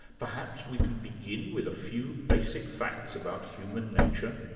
perhaps we can begin with a few basic facts about human nature,